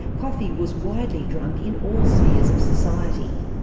coffee was widely drunk in all spheres of society.